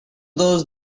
those